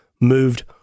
moved